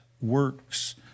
works